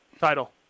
Title